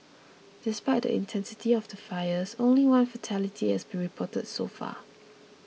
despite the intensity of the fires only one fatality has been reported so far